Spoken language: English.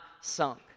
sunk